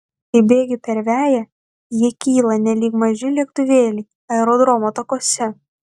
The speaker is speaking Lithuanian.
kai bėgi per veją jie kyla nelyg maži lėktuvėliai aerodromo takuose